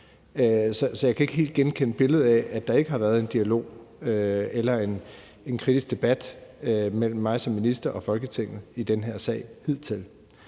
Så jeg kan ikke helt genkende billedet af, at der ikke har været en dialog eller en kritisk debat mellem mig som minister og Folketinget i den her sag hidtil.